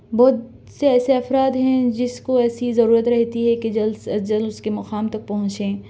بہت سے ایسے افراد ہیں جس کو ایسی ضرورت رہتی ہے کہ جلد سے از جلد اُس کے مقام تک پہنچیں